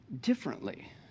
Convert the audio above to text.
differently